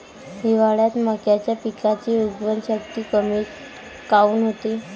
हिवाळ्यात मक्याच्या पिकाची उगवन शक्ती कमी काऊन होते?